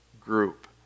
group